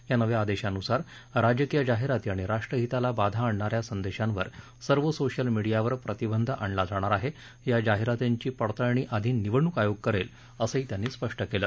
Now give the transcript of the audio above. या नव्या आदेशान्सार राजकीय जाहिराती आणि राष्ट्रहिताला बाधा आणणा या संदेशांवर सर्व सोशल मिडियावर प्रतिबंध आणला जाणार आहे या जाहिरातींची पडताळणी आधी निवडणूक आयोग करेल असंही त्यांनी स्पष्ट केलं